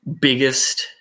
biggest